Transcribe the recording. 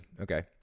Okay